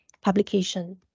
publication